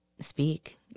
speak